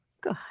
Good